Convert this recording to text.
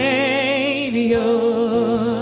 Savior